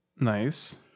Nice